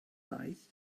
ddaeth